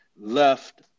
left